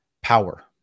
power